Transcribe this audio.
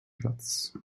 platz